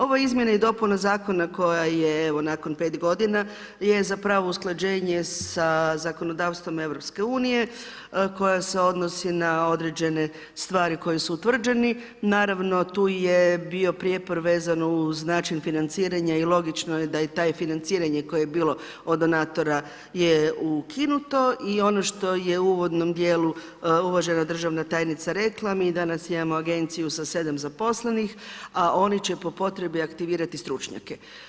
Ove izmjene i dopune zakona koja je evo nakon 5 g. je zapravo usklađenje sa zakonodavstvom EU-a koja se odnosi na određene stvari koji su utvrđene, naravno tu je bio prijepor vezano uz način financiranja i logično je da je to financiranje koje je bilo od donatora je ukinuto i ono što je u uvodnom djelu uvažena državna tajnica rekla, mi danas imamo agenciju sa 7 zaposlenih a oni će po potrebi aktivirati stručnjake.